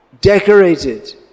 decorated